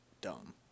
dumb